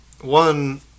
One